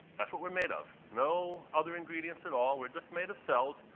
that's what we're made of. no other ingredients at all. we're just made of cells,